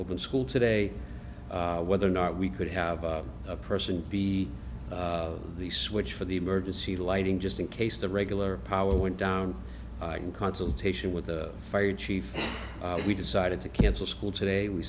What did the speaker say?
open school today whether or not we could have a person to be the switch for the emergency lighting just in case the regular power went down in consultation with the fire chief we decided to cancel school today we